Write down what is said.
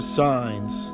signs